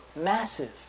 massive